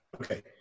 Okay